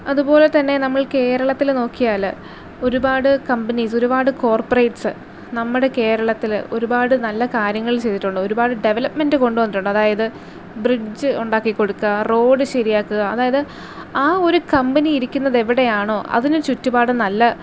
അതുപോലെതന്നെ നമ്മൾ കേരളത്തില് നോക്കിയാല് ഒരുപാട് കമ്പനീസ് ഒരുപാട് കോർപ്പറേറ്റ്സ് നമ്മടെ കേരളത്തില് ഒരുപാട് നല്ല കാര്യങ്ങൾ ചെയ്തിട്ടൊണ്ട് ഒരുപാട് ഡെവലപ്മെന്റ് കൊണ്ട് വന്നിട്ടൊണ്ട് അതായത് ബ്രിഡ്ജ് ഒണ്ടാക്കിക്കൊടുക്കാ റോഡ് ശരിയാക്കുക അതായത് ആ ഒര് കമ്പനി ഇരിക്കുന്നതെവിടെയാണോ അതിന് ചുറ്റുപാടും നല്ല